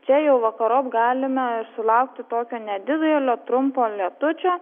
čia jau vakarop galime ir sulaukti tokio nedidelio trumpo lietučio